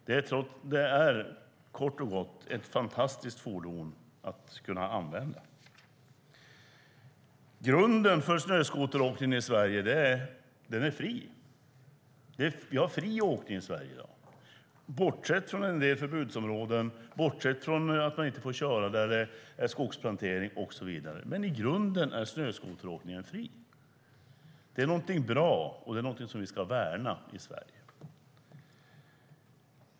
Det är kort och gott ett fantastiskt fordon att kunna använda. Snöskoteråkningen i Sverige är fri. Vi har fri åkning i Sverige i dag. Bortsett från en del förbudsområden och bortsett från att man inte får köra där det är skogsplantering och så vidare är snöskoteråkningen i grunden fri. Det är någonting bra, och det är någonting som vi ska värna i Sverige.